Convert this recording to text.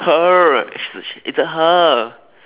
her it's a her